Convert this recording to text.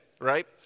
Right